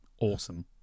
awesome